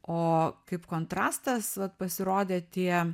o kaip kontrastas vat pasirodė tie